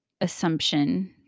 assumption